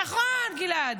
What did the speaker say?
הן כבר הוצגו לו, נכון, גלעד.